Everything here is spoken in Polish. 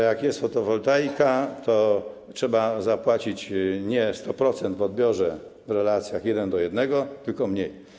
Jak jest fotowoltaika, to trzeba zapłacić nie 100% w odbiorze, w relacjach 1 do 1, tylko mniej.